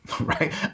right